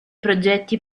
progetti